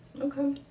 Okay